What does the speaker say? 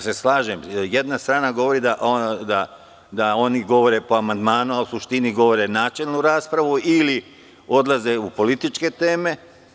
Slažem se, jedna strana govori da oni govore po amandmanu, a u suštini govore načelno ili odlaze u političke teme.